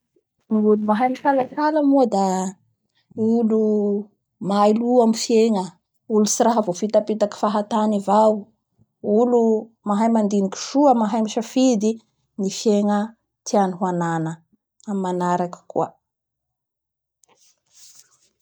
Ny olo mahay misalasala moa zay da olo mailo io amin'ny fiegna, olo tsy rah voafitapitaky fahatany avao, olo mahay mandiniky soa mahay misafidy, ny fiegna tiany hanana ny manraky koa.